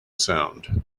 sound